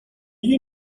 you